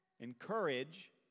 Encourage